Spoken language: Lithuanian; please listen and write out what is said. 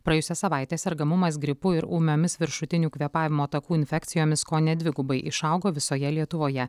praėjusią savaitę sergamumas gripu ir ūmiomis viršutinių kvėpavimo takų infekcijomis kone dvigubai išaugo visoje lietuvoje